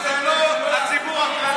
אבל עדיין, אבל זה לא הציבור הכללי.